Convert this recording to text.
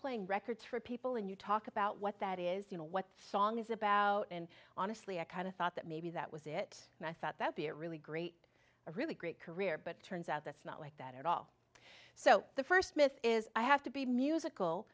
playing records for people and you talk about what that is you know what song is about and honestly i kind of thought that maybe that was it and i thought that the it really great a really great career but turns out that's not like that at all so the first myth is i have to be musical